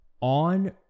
on